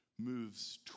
moves